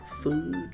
food